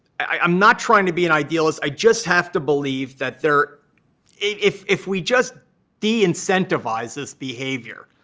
i'm not trying to be an idealist. i just have to believe that there if if we just deincentivize this behavior,